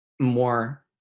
more –